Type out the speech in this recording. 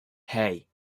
hey